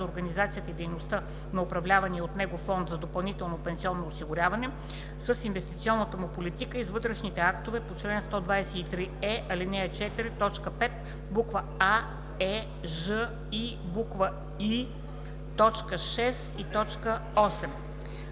организацията и дейността на управлявания от него фонд за допълнително пенсионно осигуряване, с инвестиционната му политика и с вътрешните актове по чл. 123е, ал. 4, т. 5, букви „а“, „е“, „ж“ и „и“, т. 6 и 8; 3.